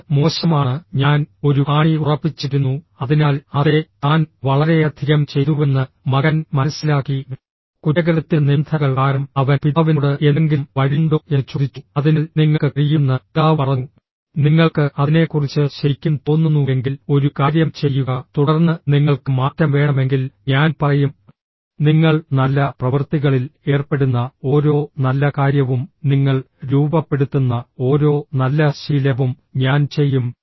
ഇത് മോശമാണ് ഞാൻ ഒരു ആണി ഉറപ്പിച്ചിരുന്നു അതിനാൽ അതെ താൻ വളരെയധികം ചെയ്തുവെന്ന് മകൻ മനസ്സിലാക്കി കുറ്റകൃത്യത്തിന്റെ നിബന്ധനകൾ കാരണം അവൻ പിതാവിനോട് എന്തെങ്കിലും വഴിയുണ്ടോ എന്ന് ചോദിച്ചു അതിനാൽ നിങ്ങൾക്ക് കഴിയുമെന്ന് പിതാവ് പറഞ്ഞു നിങ്ങൾക്ക് അതിനെക്കുറിച്ച് ശരിക്കും തോന്നുന്നുവെങ്കിൽ ഒരു കാര്യം ചെയ്യുക തുടർന്ന് നിങ്ങൾക്ക് മാറ്റം വേണമെങ്കിൽ ഞാൻ പറയും നിങ്ങൾ നല്ല പ്രവൃത്തികളിൽ ഏർപ്പെടുന്ന ഓരോ നല്ല കാര്യവും നിങ്ങൾ രൂപപ്പെടുത്തുന്ന ഓരോ നല്ല ശീലവും ഞാൻ ചെയ്യും